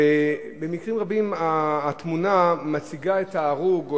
במקרים רבים התמונה מציגה את ההרוג או